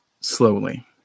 slowly